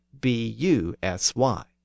B-U-S-Y